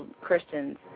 Christians